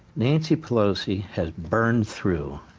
nancy pelosi has burned through